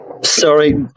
Sorry